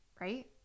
right